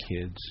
kids